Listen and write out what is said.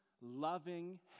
loving